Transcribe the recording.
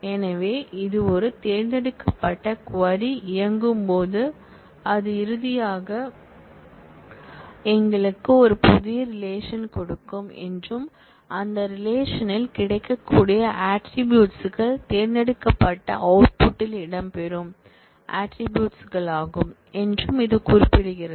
எனவே இது ஒரு தேர்ந்தெடுக்கப்பட்ட க்வரி இயங்கும் போது அது இறுதியாக எங்களுக்கு ஒரு புதிய ரிலேஷன் கொடுக்கும் என்றும் அந்த ரிலேஷன் ல் கிடைக்கக்கூடிய ஆட்ரிபூட்ஸ் கள் தேர்ந்தெடுக்கப்பட்ட அவுட்புட் ல் இடம்பெறும் ஆட்ரிபூட்ஸ் களாகும் என்றும் இது குறிப்பிடுகிறது